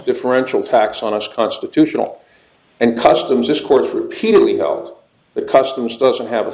differential tax on us constitutional and customs this court repeatedly held the customs doesn't have a